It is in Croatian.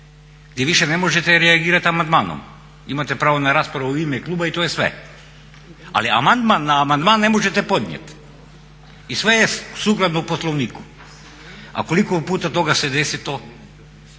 gdje više ne možete reagirati amandmanom. Imate pravo na raspravu u ime kluba i to je sve. Ali amandman na amandman ne možete podnijeti i sve je sukladno Poslovniku. A koliko puta toga se desi to?